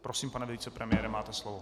Prosím, pane vicepremiére, máte slovo.